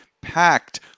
packed